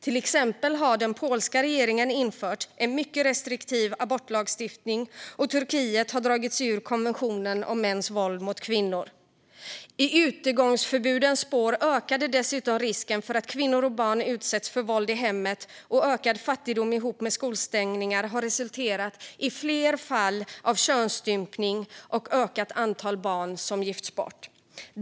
Till exempel har den polska regeringen infört en mycket restriktiv abortlagstiftning, och Turkiet har dragit sig ur konventionen om mäns våld mot kvinnor. I utegångsförbudens spår ökade dessutom risken för att kvinnor och barn utsätts för våld i hemmet, och ökad fattigdom ihop med skolstängningar har resulterat i fler fall av könsstympning och ett ökat antal barn som gifts bort.